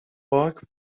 باک